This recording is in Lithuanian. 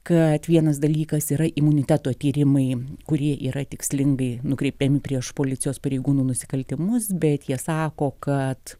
kad vienas dalykas yra imuniteto tyrimai kurie yra tikslingai nukreipiami prieš policijos pareigūnų nusikaltimus bet jie sako kad